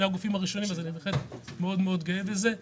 הגופים הראשונים אז אני בהחלט מאוד גאה בזה.